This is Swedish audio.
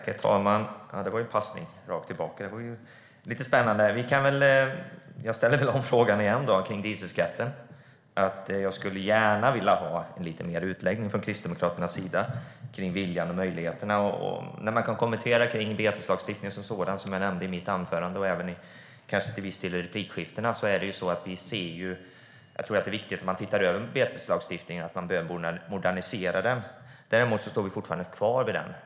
Herr talman! Ja, det var en passning tillbaka. Jag ställer väl frågan om dieselskatten igen, för jag skulle gärna vilja ha en liten utläggning om dieselskatten från Kristdemokraternas sida beträffande viljan och möjligheterna. Vad gäller beteslagstiftningen som sådan, som jag tog upp i mitt anförande och också till viss del har nämnt i replikskiftena, tror jag att det är viktigt att se över beteslagstiftningen för att modernisera den. Däremot står vi fortfarande kvar vid den.